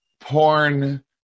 porn